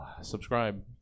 Subscribe